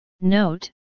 Note